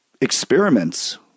experiments